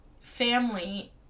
family